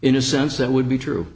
in a sense that would be true